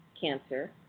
cancer